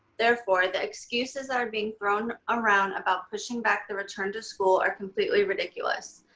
therefore the excuses are being thrown around about pushing back the return to school are completely ridiculous.